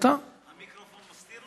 המיקרופון מסתיר אותי?